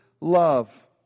love